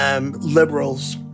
liberals